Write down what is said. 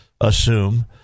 assume